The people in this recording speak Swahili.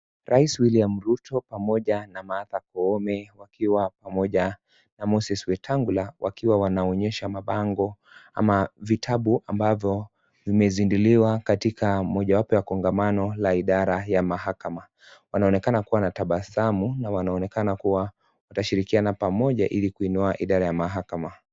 Raisi William Ruto, pamoja na Martha Koome wakiwa pamoja na Moses Wetangula, wakiwa wanaonyesha mabango ama vitabu ambavyo vimesinduliwa katika moja wapo wa kongamano la idara ya mahakama. Wanaonekana kuwa na tabasamu na wanaonekana kuwa, watashirikiana pamoja ili kuinua idara ya mahakama.